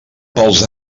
pels